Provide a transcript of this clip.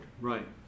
Right